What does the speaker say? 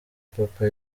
papa